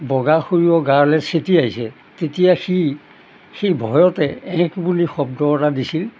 বগা সৰিয়হ গালৈ ছটিয়াইছিল তেতিয়া সি সি ভয়তে এক বুলি শব্দ এটা দিছিল